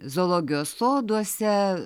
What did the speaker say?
zoologijos soduose